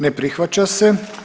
Ne prihvaća se.